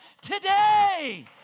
today